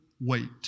wait